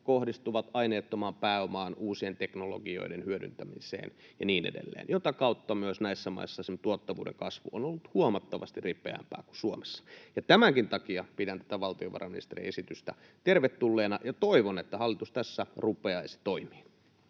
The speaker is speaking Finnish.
kohdistuvat aineettomaan pääomaan, uusien teknologioiden hyödyntämiseen ja niin edelleen, mitä kautta näissä maissa myös esim. tuottavuuden kasvu on ollut huomattavasti ripeämpää kuin Suomessa. Tämänkin takia pidän tätä valtiovarainministerin esitystä tervetulleena ja toivon, että hallitus tässä rupeaisi toimiin.